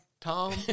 Tom